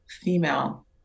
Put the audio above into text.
female